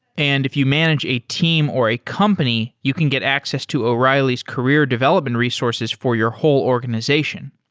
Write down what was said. and if you manage a team or a company, you can get access to o'reilly's career development resources for your whole organization.